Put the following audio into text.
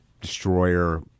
destroyer